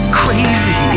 crazy